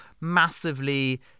massively